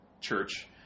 church